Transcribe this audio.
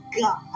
God